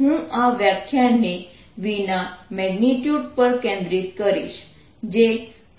હું આ વ્યાખ્યાનને v ના મેગ્નીટ્યૂડ પર કેન્દ્રિત કરીશ જે